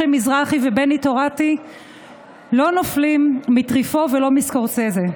משה מזרחי ובני תורתי לא נופלים מטריפו ולא מסקרוסזה,